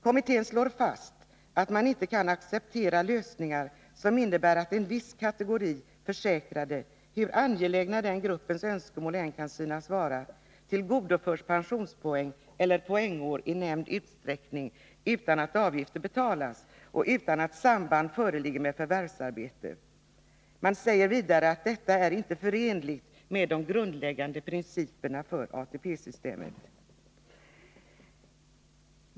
Kommittén slår fast att man inte kan acceptera lösningar som innebär att en viss kategori försäkrade — hur angelägna den gruppens önskemål än kan synas vara — tillgodoförs pensionspoäng eller poängår i nämnd utsträckning utan att avgifter betalas och utan att samband föreligger med förvärvsarbete. Man säger vidare att detta inte är förenligt med de grundläggande principerna för ATP-systemet.